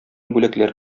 бүләкләр